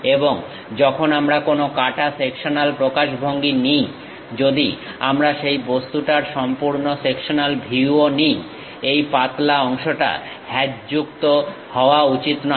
এবং যখন আমরা কোনো কাঁটা সেকশনাল প্রকাশভঙ্গি নিই যদি আমরা সেই বস্তুটার সম্পূর্ণ সেকশনাল ভিউ ও নিই এই পাতলা অংশটা হ্যাচযুক্ত হওয়া উচিত নয়